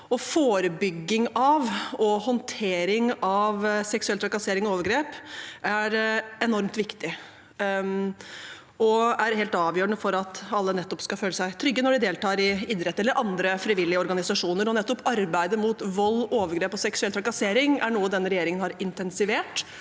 Forebygging og håndtering av seksuell trakassering og overgrep er enormt viktig og helt avgjørende for at alle skal føle seg trygge når de deltar i idrett eller i andre frivillige organisasjoner. Nettopp arbeidet mot vold, overgrep og seksuell trakassering er noe denne regjeringen har intensivert